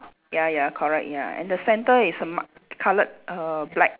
ya ya correct ya and the centre is marked colour err black